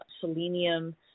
selenium